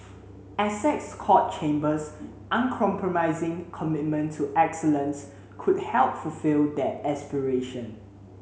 Essex Court Chambers uncompromising commitment to excellence could help fulfil that aspiration